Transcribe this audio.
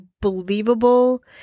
believable